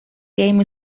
game